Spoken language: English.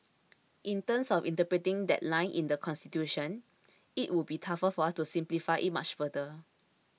in terms of interpreting that line in the Constitution it would be tough for us to simplify it much further